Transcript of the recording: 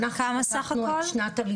סך הכול